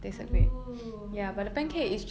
oo oh my god